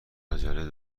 عجله